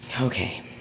Okay